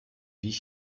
wie